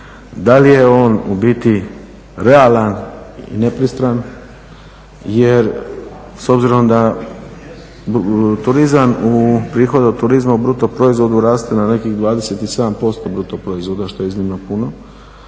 da li je on u biti realan i nepristran jer s obzirom da turizam, prihod od turizma u bruto proizvodu raste na nekih 27% BDP-a što je iznimno puno,